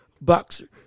boxer